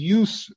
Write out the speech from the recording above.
use